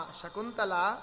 Shakuntala